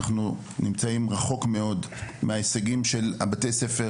אנחנו נמצאים רחוק מאוד מההישגים של בתי הספר